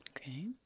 Okay